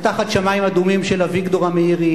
"תחת שמים אדומים" של אביגדור המאירי,